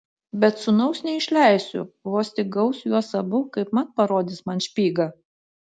bet sūnaus neišleisiu vos tik gaus juos abu kaipmat parodys man špygą